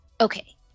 okay